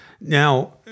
Now